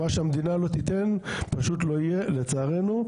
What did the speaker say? מה שהמדינה לא תיתן פשוט לא יהיה לצערנו,